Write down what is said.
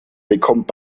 bekommt